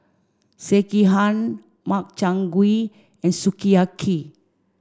Sekihan Makchang Gui and Sukiyaki